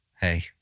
hey